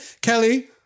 Kelly